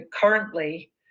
currently